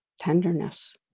tenderness